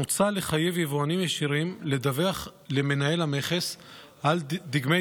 מוצע לחייב יבואנים ישירים לדווח למנהל המכס על דגמי